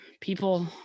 people